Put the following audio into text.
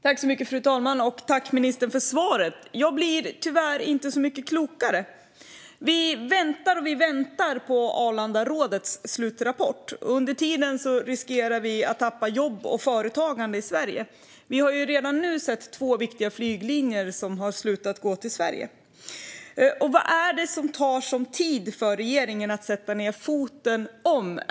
Fru talman! Tack, ministern, för svaret! Jag blir tyvärr inte så mycket klokare. Vi väntar och väntar på Arlandarådets slutrapport, och under tiden riskerar vi att tappa jobb och företagande i Sverige. Vi har redan nu sett att två viktiga flyglinjer har slutat gå till Sverige. Vad är det som gör att det tar sådan tid för regeringen att sätta ned foten?